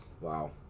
wow